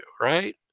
right